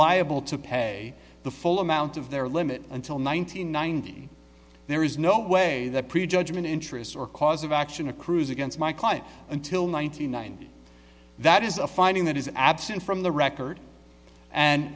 liable to pay the full amount of their limit until nine hundred ninety there is no way that prejudgment interest or cause of action accrues against my client until ninety nine that is a finding that is absent from the record and